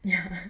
ya